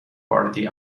party